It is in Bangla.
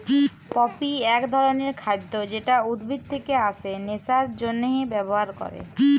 পপি এক ধরণের খাদ্য যেটা উদ্ভিদ থেকে আসে নেশার জন্হে ব্যবহার ক্যরে